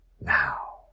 now